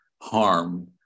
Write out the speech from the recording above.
harm